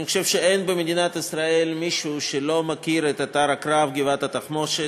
אני חושב שאין במדינת ישראל מישהו שלא מכיר את אתר הקרב גבעת-התחמושת,